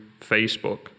facebook